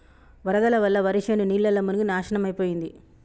వరదల వల్ల వరిశేను నీళ్లల్ల మునిగి నాశనమైపోయింది